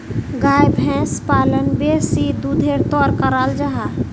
गाय भैंस पालन बेसी दुधेर तंर कराल जाहा